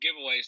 giveaways